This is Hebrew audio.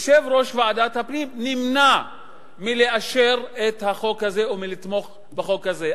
יושב-ראש ועדת הפנים נמנע מלאשר את החוק הזה ומלתמוך בחוק הזה.